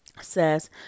Says